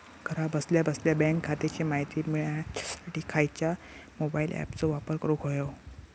घरा बसल्या बसल्या बँक खात्याची माहिती मिळाच्यासाठी खायच्या मोबाईल ॲपाचो वापर करूक होयो?